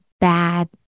bad